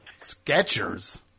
Sketchers